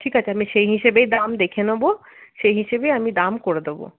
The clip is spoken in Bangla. ঠিক আছে আমি সেই হিসেবেই দাম দেখে নেব সেই হিসেবেই আমি দাম করে দেব